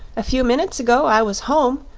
a few minutes ago i was home,